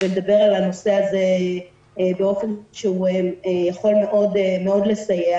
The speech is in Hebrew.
לדבר על הנושא הזה באופן שיכול מאוד לסייע.